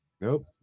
nope